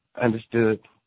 understood